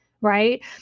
right